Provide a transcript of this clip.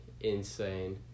insane